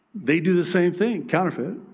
they do the same thing. counterfeit.